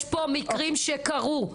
יש פה מקרים שקרו.